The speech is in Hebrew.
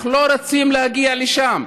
אנחנו לא רוצים להגיע לשם.